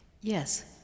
Yes